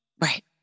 Right